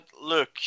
Look